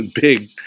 big